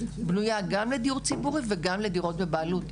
בנויה גם לדיור ציבורי וגם לדירות בבעלות.